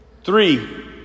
Three